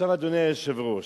אדוני היושב-ראש,